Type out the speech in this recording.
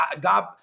God